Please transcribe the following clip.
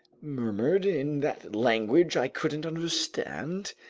murmured in that language i couldn't understand?